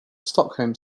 stockholm